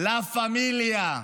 לה פמיליה,